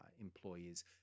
employees